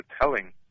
telling